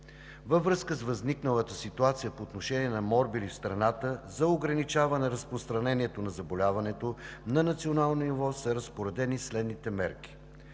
Във връзка с възникналата ситуация по отношение на морбили в страната, за ограничаване разпространението на заболяването на национално ниво са разпоредени следните мерки: